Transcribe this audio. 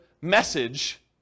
message